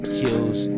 kills